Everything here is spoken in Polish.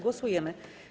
Głosujemy.